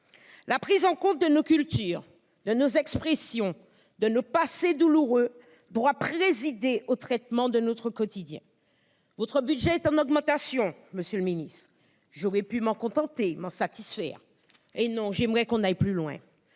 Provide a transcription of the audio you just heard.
La prise en compte de nos cultures, de nos expressions, de nos passés douloureux doit présider au traitement de notre quotidien. Votre budget est en augmentation, monsieur le ministre. J'aurais pu m'en contenter, m'en satisfaire ; mais non ! j'aimerais que l'on aille plus loin.